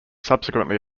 subsequently